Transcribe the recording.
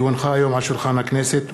כי הונחו היום על שולחן הכנסת,